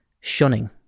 shunning